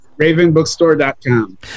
ravenbookstore.com